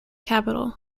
capital